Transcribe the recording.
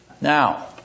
Now